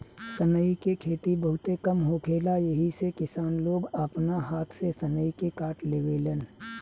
सनई के खेती बहुते कम होखेला एही से किसान लोग आपना हाथ से सनई के काट लेवेलेन